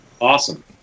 awesome